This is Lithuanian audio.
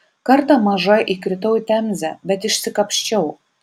kartą maža įkritau į temzę bet išsikapsčiau